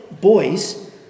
boys